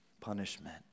punishment